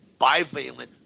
bivalent